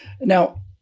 now